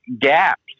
gaps